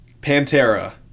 Pantera